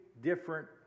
different